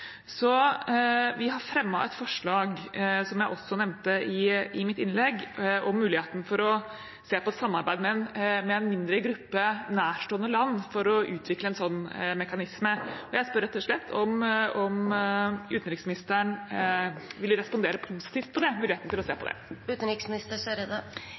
Så vi har fremmet et forslag, som jeg også nevnte i mitt innlegg, om muligheten for å se på samarbeid med en mindre gruppe nærstående land for å utvikle en sånn mekanisme. Jeg spør rett og slett om utenriksministeren vil respondere positivt på muligheten for å se